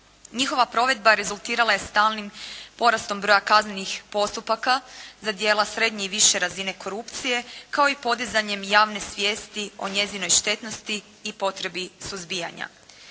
Njihova provedba rezultirala je stalnim porastom broja kaznenih postupaka za djela srednje i više razine korupcije kao i podizanjem javne svijesti o njezinoj štetnosti i potrebi suzbijanja.